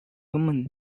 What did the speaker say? woman